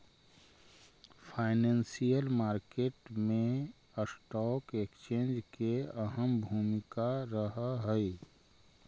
financial market मैं stock exchange के अहम भूमिका रहऽ हइ